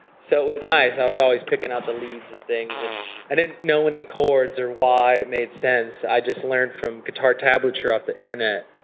so it was nice, i was always picking out the leads and things. and i didn't know any chords or why it made sense. i just learned from guitar tablature off the internet.